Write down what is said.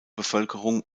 bevölkerung